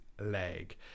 leg